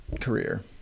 career